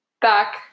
back